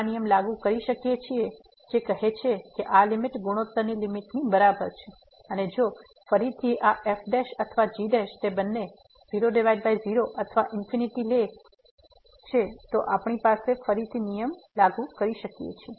આપણે આ નિયમ લાગુ કરી શકીએ છીએ જે કહે છે કે આ લીમીટ ગુણોત્તરની લીમીટની બરાબર છે અને જો ફરીથી આ f' અને g' તે બંને 00 અથવા ∞ લે છે તો આપણે ફરીથી નિયમ લાગુ કરી શકીએ